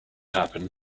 happen